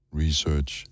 research